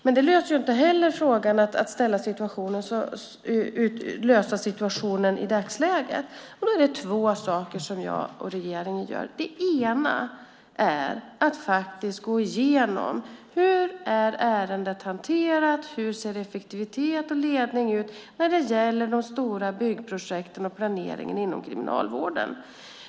Men det löser inte heller situationen i dagsläget. Det finns två saker som jag och regeringen gör. Det ena är att gå igenom ärendet och se hur det är hanterat. Hur ser effektivitet och ledning ut när det gäller de stora byggprojekten och planeringen inom Kriminalvården?